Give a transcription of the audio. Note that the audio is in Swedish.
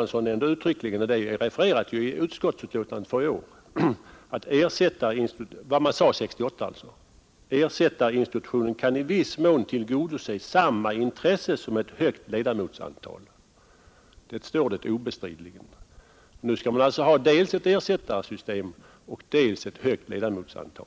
1968 står refererat i årets utskottsbetänkande, nämligen att ”en ersättarinstitution i viss mån kan tillgodose samma intresse som ett högt ledamotsantal”. Så står det obestridligen. Nu skall vi alltså ha dels ett ersättarsystem, dels ett högt ledamotsantal.